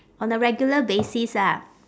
on a regular basis ah